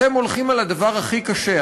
אתם הולכים על הדבר הכי קשה,